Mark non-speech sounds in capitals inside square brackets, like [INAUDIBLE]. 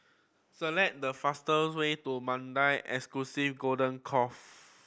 select the fastest way to Mandai [UNINTELLIGIBLE] Course [NOISE]